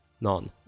none